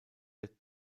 der